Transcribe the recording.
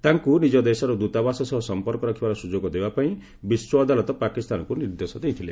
ତାଙ୍କୁ ନିକ ଦେଶର ଦୂତାବାସ ସହ ସମ୍ପର୍କ ରଖିବାର ସୁଯୋଗ ଦେବା ପାଇଁ ବିଶ୍ୱ ଅଦାଲତ ପାକିସ୍ତାନକୁ ନିର୍ଦ୍ଦେଶ ଦେଇଥିଲେ